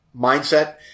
mindset